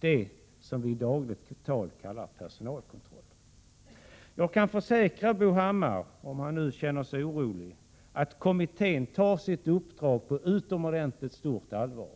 det som vi i dagligt tal kallar personalkontroll. Jag kan försäkra Bo Hammar, om han nu känner sig orolig, att kommittén tar sitt uppdrag på utomordentligt stort allvar.